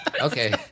Okay